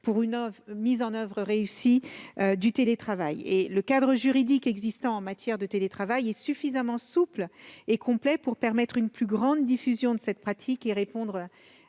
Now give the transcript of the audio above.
pour une mise en oeuvre réussie du télétravail. Le cadre juridique existant en matière de télétravail est suffisamment souple et complet pour permettre une plus grande diffusion de cette pratique et répondre à l'aspiration